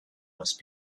must